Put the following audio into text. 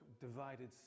Divided